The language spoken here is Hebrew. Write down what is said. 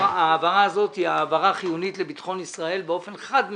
ההעברה הזאת היא ההעברה חיונית לביטחון ישראל באופן חד משמעי.